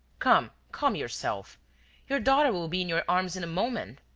come, calm yourself your daughter will be in your arms in a moment.